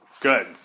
Good